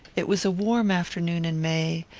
it was a warm afternoon in may,